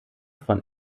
von